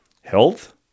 health